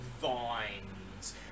vines